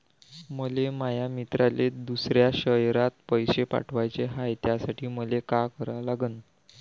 मले माया मित्राले दुसऱ्या शयरात पैसे पाठवाचे हाय, त्यासाठी मले का करा लागन?